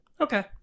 Okay